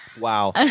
wow